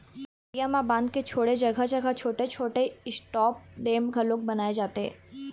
नदियां म बांध के छोड़े जघा जघा छोटे छोटे स्टॉप डेम घलोक बनाए जाथे